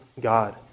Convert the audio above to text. God